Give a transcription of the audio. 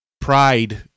pride